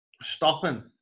Stopping